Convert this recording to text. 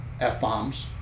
F-bombs